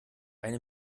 eine